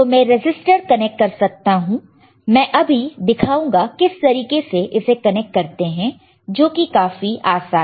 तो मैं resistor connect कर सकता हूं मैं अभी आपको दिखाऊंगा किस तरीके से इसे कनेक्ट करते हैं जो कि काफी आसान